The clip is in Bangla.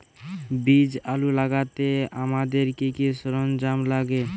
বীজ আলু লাগাতে আমাদের কি কি সরঞ্জাম লাগে?